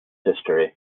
history